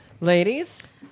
Ladies